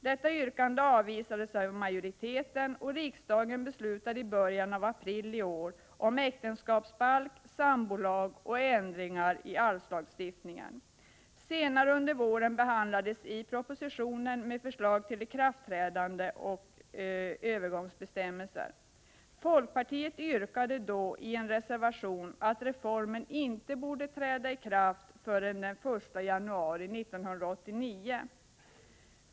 Detta yrkande avvisades av majoriteten, och riksdagen beslutade i början av april i år om äktenskapsbalk, sambolag och ändringar i arvslagstiftningen. Senare under våren behandlades propositionen med förslag till ikraftträdande och övergångsbestämmelser. Folkpartiet yrkade då i en reservation att reformen inte borde träda i kraft förrän den 1 januari 1989.